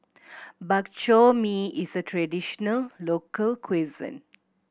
Bak Chor Mee is a traditional local cuisine